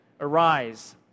arise